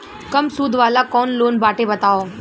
कम सूद वाला कौन लोन बाटे बताव?